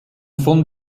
von